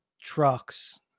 trucks